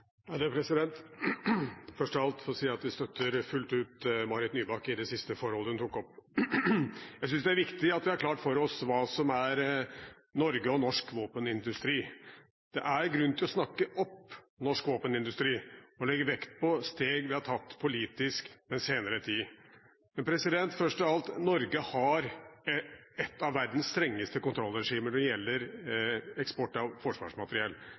først av alt si at vi støtter Marit Nybakk fullt ut i det siste forholdet hun tok opp. Jeg synes det er viktig at vi har klart for oss hva som er norsk våpenindustri. Det er grunn til å snakke opp norsk våpenindustri og legge vekt på steg vi har tatt politisk den senere tid. Først av alt: Norge har et av verdens strengeste kontrollregimer når det gjelder eksport av forsvarsmateriell.